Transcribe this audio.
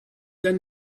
then